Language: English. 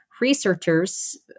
researchers